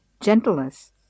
gentleness